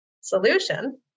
solution